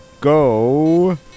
Go